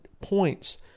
points